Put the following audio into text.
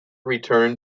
return